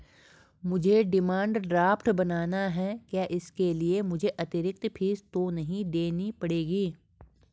मुझे demand draft बनाना है क्या इसके लिए मुझे अतिरिक्त फीस तो नहीं देनी पड़ेगी?